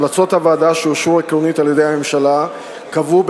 המלצות הוועדה שאושרו עקרונית על-ידי הממשלה קבעו,